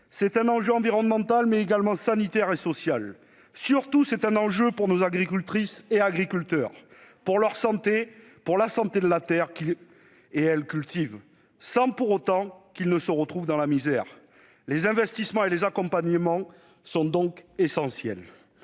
C'est un enjeu environnemental, mais également sanitaire et social. Surtout, c'est un enjeu pour nos agricultrices et agriculteurs, pour leur santé, pour la santé des terres qu'elles et ils cultivent, sans qu'ils se retrouvent pour autant dans la misère. Les investissements et les accompagnements sont donc essentiels.